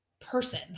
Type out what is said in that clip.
person